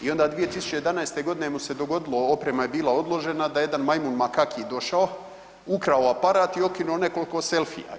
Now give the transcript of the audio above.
I onda 2011. godine mu se dogodilo oprema je bila odložena da jedan majmun makaki je došao, ukrao aparat i okinuo nekoliko selfija.